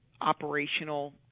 operational